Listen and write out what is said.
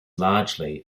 largely